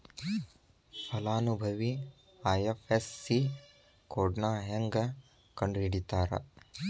ಫಲಾನುಭವಿ ಐ.ಎಫ್.ಎಸ್.ಸಿ ಕೋಡ್ನಾ ಹೆಂಗ ಕಂಡಹಿಡಿತಾರಾ